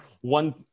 one –